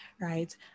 right